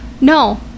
no